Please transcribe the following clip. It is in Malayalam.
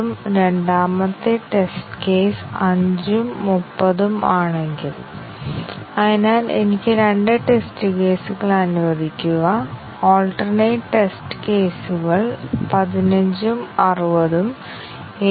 ഇല്ല രണ്ടും ചെയ്യേണ്ടതുണ്ടെന്ന് ഞങ്ങൾ പറയുകയാണെങ്കിൽ ഞങ്ങൾ ഒരു സാധുവായ കാരണം നൽകണം നിങ്ങൾ ബ്ലാക്ക് ബോക്സ് ടെസ്റ്റിംഗ് നടത്തിയില്ലെങ്കിൽ നിങ്ങൾക്ക് ഇത്തരം പ്രശ്നങ്ങൾ നഷ്ടമാകുമെന്നതിന് ഒരു സാധുവായ തെളിവാണ്